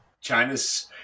China's